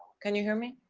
can you hear me?